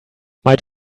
might